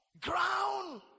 Ground